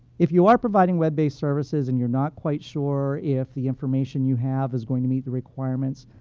if you are providing web-based services and you're not quite sure if the information you have is going to meet the requirements,